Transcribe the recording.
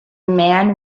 man